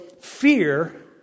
fear